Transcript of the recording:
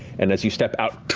and as you step out,